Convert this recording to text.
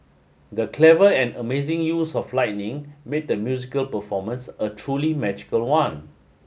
the clever and amazing use of lighting made the musical performance a truly magical one